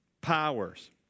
powers